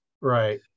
right